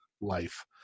life